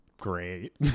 great